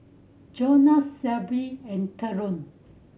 Jonas Shelbi and Theron